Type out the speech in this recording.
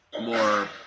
more